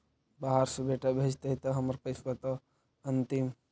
बाहर से बेटा भेजतय त हमर पैसाबा त अंतिम?